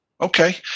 Okay